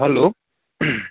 hello